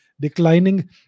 declining